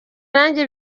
nanjye